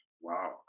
Wow